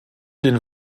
den